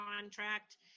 contract